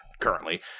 currently